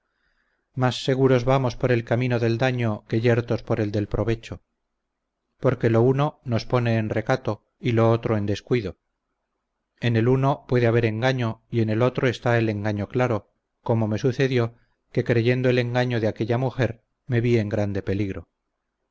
más seguros vamos por el camino del daño que yertos por el del provecho porque lo uno nos pone en recato y lo otro en descuido en el uno puede haber engaño y en el otro está el desengaño claro como me sucedió que creyendo el engaño de aquella mujer me vi en grande peligro